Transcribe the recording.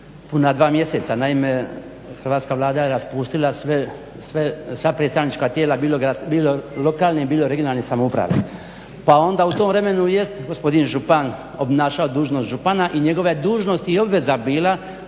puna dva mjeseca. Naime, Hrvatska vlada je raspustila sva predstavnička tijela bilo lokalne, bilo regionalne samouprave. Pa onda u tom vremenu jest gospodin župan obnašao dužnost župana i njegova je dužnost i obveza bila